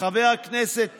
חבר הכנסת